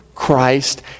Christ